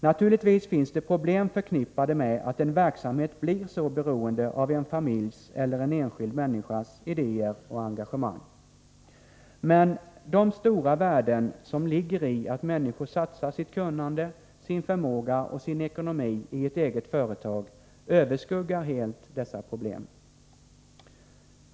Naturligtvis finns det problem förknippade med att en verksamhet blir så beroende av en familjs eller en enskild människas idéer och engagemang. Men de stora värden som ligger i att människor satsar sitt kunnande, sin förmåga och sin ekonomi i ett eget företag överskuggar helt dessa problem.